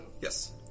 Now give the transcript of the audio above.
Yes